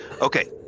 Okay